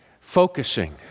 focusing